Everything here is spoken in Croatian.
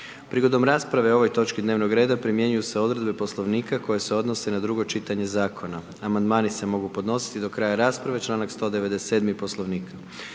Prigodom rasprave o ovoj točki dnevnog reda, primjenjuju se odredbe poslovnika koje se odnose na drugo čitanje zakona. Amandmani se mogu podnositi do kraja rasprave, članak 197. Poslovnika.